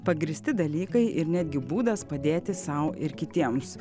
pagrįsti dalykai ir netgi būdas padėti sau ir kitiems